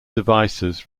devices